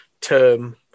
term